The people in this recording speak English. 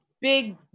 big